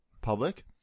public